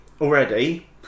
already